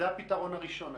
זה הפתרון הראשון.